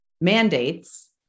mandates